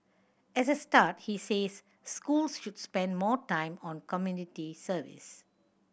as a start he says schools should spend more time on community service